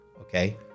Okay